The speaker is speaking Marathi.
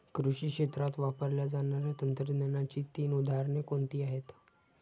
कृषी क्षेत्रात वापरल्या जाणाऱ्या तंत्रज्ञानाची तीन उदाहरणे कोणती आहेत?